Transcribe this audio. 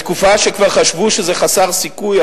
בתקופה שכבר חשבו שזה חסר סיכוי,